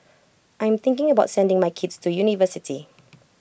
I am thinking about sending my kids to university